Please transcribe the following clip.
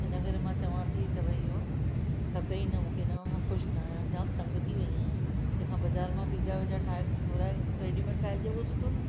इनकरे मां चवां थी त भई इहो खपे ई न मूंखे न मां ख़ुशि नाहियां जाम तंगु थी वेई आहियां तंहिं खां बज़ारि मां पिज़ा विज़ा ठाहे घुराए रेडीमेड खाइजे उहो सुठो न